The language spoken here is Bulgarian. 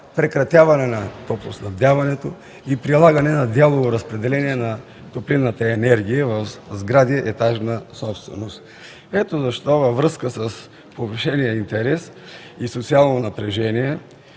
прекратяване на топлоснабняването и прилагане на дялово разпределение на топлинната енергия в сгради етажна собственост. Ето защо, във връзка с повишения интерес и социално напрежение,